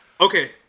Okay